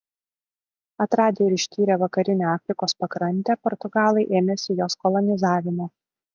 atradę ir ištyrę vakarinę afrikos pakrantę portugalai ėmėsi jos kolonizavimo